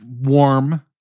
Warm